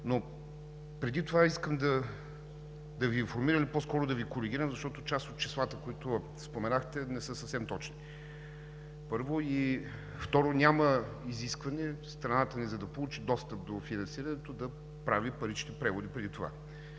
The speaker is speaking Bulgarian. Преди това искам да Ви информирам или по-скоро да Ви коригирам, защото част от числата, които споменахте, не са съвсем точни – първо. Второ, няма изискване страната ни, за да получи достъп до финансирането, да прави парични преводи преди това.